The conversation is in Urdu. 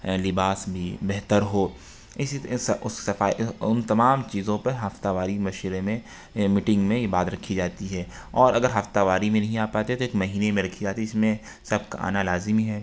لباس بھی بہتر ہو اسی اس صفائی ان تمام چیزوں پہ ہفتہ واری مشورے میں میٹنگ میں یہ بات رکھی جاتی ہے اور اگر ہفتہ واری میں نہیں آ پاتے تو ایک مہینہ میں رکھی جاتی ہے جس میں سب کا آنا لازمی ہے